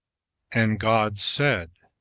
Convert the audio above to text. and god said,